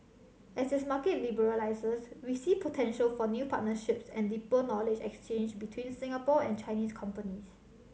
as its market liberalises we see potential for new partnerships and deeper knowledge exchange between Singapore and Chinese companies